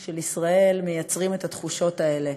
של ישראל, יוצרים את התחושות האלה.